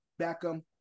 Beckham